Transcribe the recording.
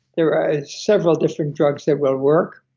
there are several different drugs that will work,